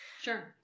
Sure